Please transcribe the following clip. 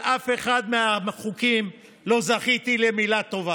על אף אחד מהחוקים לא זכיתי למילה טובה,